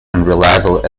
unreliable